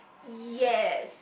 yes